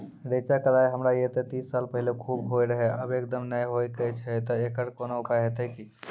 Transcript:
रेचा, कलाय हमरा येते तीस साल पहले खूब होय रहें, अब एकदम नैय होय छैय तऽ एकरऽ कोनो उपाय हेते कि?